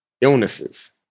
illnesses